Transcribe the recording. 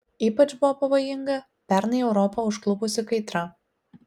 ypač buvo pavojinga pernai europą užklupusi kaitra